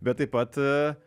bet taip pat